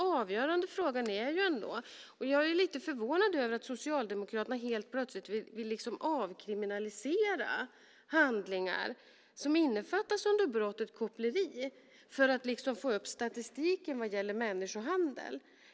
Jag är lite förvånad över att Socialdemokraterna helt plötsligt verkar vilja avkriminalisera handlingar som innefattas i brottet koppleri för att få upp statistiken vad gäller brottet människohandel.